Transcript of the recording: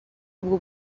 ubwo